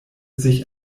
sich